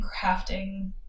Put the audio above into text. crafting